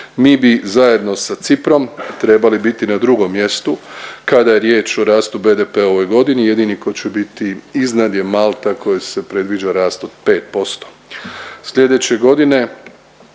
Mi bi zajedno sa Ciprom trebali biti na drugom mjestu kada je riječ o rastu BDP-a u ovoj godini, jedini ko će biti iznad je Malta kojoj se predviđa rast od 5%.